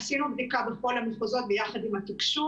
עשינו בדיקה בכל המחוזות ביחד עם התקשוב